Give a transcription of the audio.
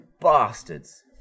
bastards